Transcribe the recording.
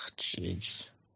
jeez